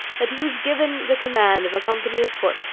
that he was given the command of a company of foot